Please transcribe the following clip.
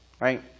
right